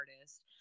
artist